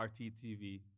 RTTV